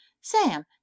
Sam